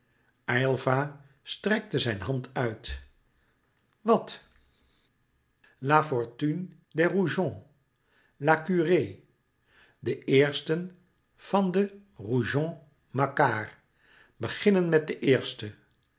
strekte zijn hand uit wat la fortune des rougon la curée de eersten van den rougon macquart beginnen met de